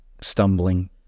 stumbling